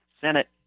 Senate